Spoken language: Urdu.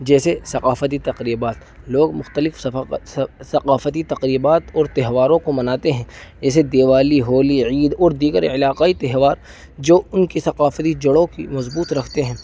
جیسے ثقافتی تقریبات لوگ مختلف ثقافتی تقریبات اور تہواروں کو مناتے ہیں جیسے دیوالی ہولی عید اور دیگر علاقائی تہوار جو ان کی ثقافتی جڑوں کی مضبوط رکھتے ہیں